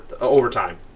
overtime